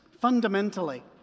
fundamentally